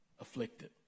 afflicted